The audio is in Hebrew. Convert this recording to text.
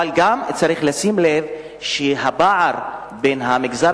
אבל צריך גם לשים לב שהפער בין המגזר